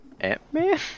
Ant-Man